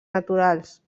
naturals